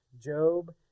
Job